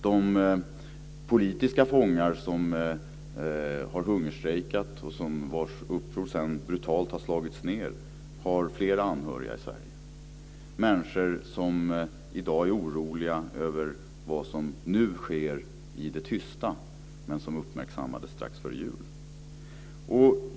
De politiska fångar som har hungerstrejkat och vilkas uppror sedan brutalt har slagits ned har flera anhöriga i Sverige, människor som i dag är oroliga över vad som nu sker i det tysta men som uppmärksammades strax före jul.